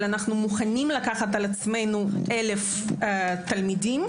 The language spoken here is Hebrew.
אבל אנו מוכנים לקחת על עצמנו אלף תלמידים.